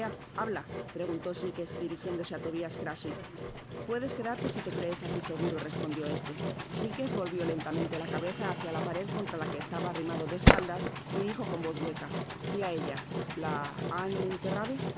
habla preguntó sikes dirijiéndose á tobias crachit puedes quedarte si te crees aqui seguro respondió este sikes volvió lentamente la cabeza hácia la pared eontra la que estaba arrimado de espaldas y dijo con voz hueca y á ella la han enterrado se